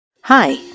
Hi